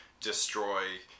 destroy